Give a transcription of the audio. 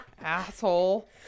Asshole